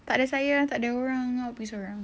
tak ada saya tak ada orang awak pergi seorang